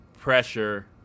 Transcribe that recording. Pressure